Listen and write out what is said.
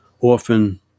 often